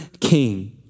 king